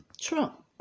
Trump